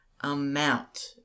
amount